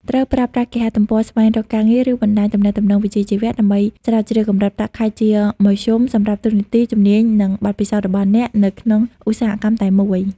ត្រូវ ប្រើប្រាស់គេហទំព័រស្វែងរកការងារ ឬបណ្ដាញទំនាក់ទំនងវិជ្ជាជីវៈ ដើម្បីស្រាវជ្រាវកម្រិតប្រាក់ខែជាមធ្យមសម្រាប់ តួនាទី ជំនាញ និងបទពិសោធន៍ របស់អ្នកនៅក្នុងឧស្សាហកម្មតែមួយ។